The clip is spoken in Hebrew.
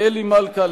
לאלי מלכה,